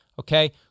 Okay